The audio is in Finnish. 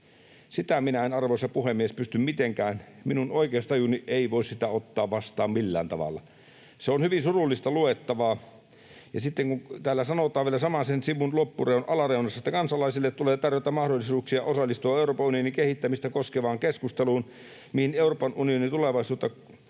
Sitä minä en, arvoisa puhemies, pysty mitenkään... Minun oikeustajuni ei voi sitä ottaa vastaan millään tavalla. Se on hyvin surullista luettavaa. Ja sitten vielä samaisen sivun alareunassa sanotaan, että kansalaisille tulee tarjota mahdollisuuksia osallistua Euroopan unionin kehittämistä koskevaan keskusteluun ja siinä työssä Euroopan unionin tulevaisuutta